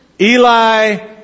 Eli